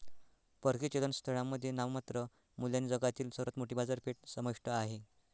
परकीय चलन स्थळांमध्ये नाममात्र मूल्याने जगातील सर्वात मोठी बाजारपेठ समाविष्ट आहे